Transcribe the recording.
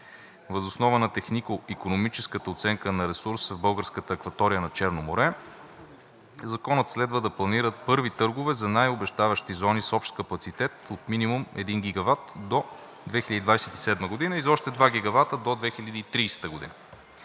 Въз основа на технико-икономическата оценка на ресурса в българската акватория на Черно море Законът следва да планира първи търгове за най-обещаващите зони с общ капацитет от минимум 1 ГВт до 2027 г. и за още 2 ГВт до 2030 г.